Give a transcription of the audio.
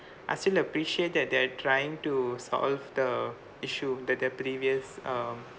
I still appreciate that they are trying to solve the issue that their previous um